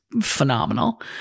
phenomenal